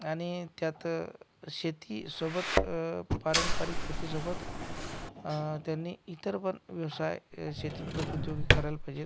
आणि त्यात शेतीसोबत पारंपरिक शेतीसोबत त्यांनी इतर पण व्यवसाय शेतीपूरक उद्योग हे करायला पाहिजेत